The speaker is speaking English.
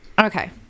Okay